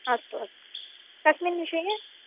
अस्तु अस्तु कस्मिन् विषये